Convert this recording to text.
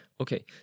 Okay